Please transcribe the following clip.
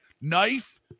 knife